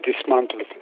dismantled